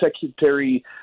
Secretary